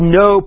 no